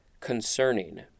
Concerning